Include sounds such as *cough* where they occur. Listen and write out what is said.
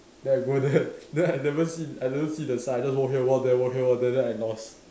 then I go there *laughs* then I never see I never see the sign just walk here walk there walk here walk there then I lost